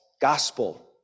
gospel